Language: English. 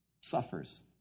suffers